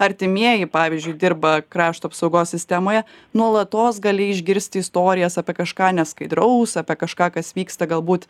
artimieji pavyzdžiui dirba krašto apsaugos sistemoje nuolatos gali išgirsti istorijas apie kažką neskaidraus apie kažką kas vyksta galbūt